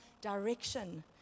direction